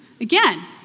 again